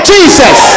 Jesus